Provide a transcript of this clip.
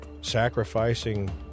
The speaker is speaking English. sacrificing